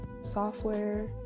software